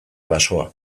basoa